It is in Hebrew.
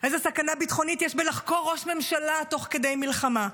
איזו סכנה ביטחונית יש בלחקור ראש ממשלה תוך כדי מלחמה.